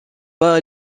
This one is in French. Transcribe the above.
pas